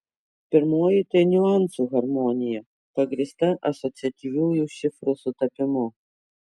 pirmoji tai niuansų harmonija pagrįsta asociatyviųjų šifrų sutapimu